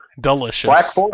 Delicious